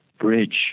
bridge